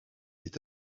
hyd